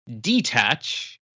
detach